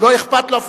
לא היה אכפת לו,